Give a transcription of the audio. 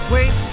Wait